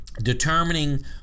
Determining